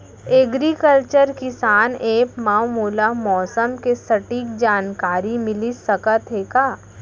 Agriculture Kisan app मा मोला मौसम के सटीक जानकारी मिलिस सकत हे का?